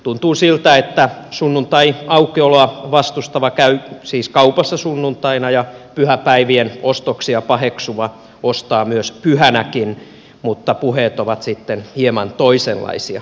tuntuu siltä että sunnuntaiaukioloa vastustava käy kaupassa sunnuntaina ja pyhäpäivien ostoksia paheksuva ostaa myös pyhänäkin mutta puheet ovat sitten hieman toisenlaisia